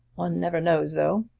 one never knows, though!